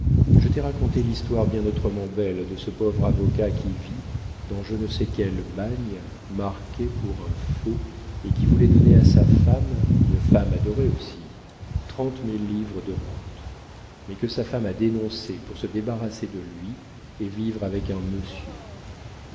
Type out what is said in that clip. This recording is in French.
je t'ai raconté l'histoire bien autrement belle de ce pauvre avocat qui vit dans je ne sais quel bagne marqué pour un faux et qui voulait donner à sa femme une femme adorée aussi trente mille livres de rentes mais que sa femme a dénoncé pour se débarrasser de lui et vivre avec un monsieur